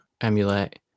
emulate